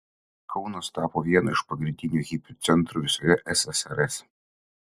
kaunas tapo vienu iš pagrindinių hipių centrų visoje ssrs